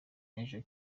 n’ejo